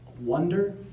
wonder